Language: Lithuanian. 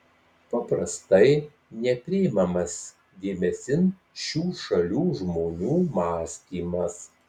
paprastai nepriimamas dėmesin šių šalių žmonių mąstymas